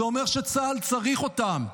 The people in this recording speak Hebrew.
זה אומר שצה"ל צריך אותם.